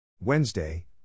Wednesday